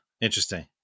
Interesting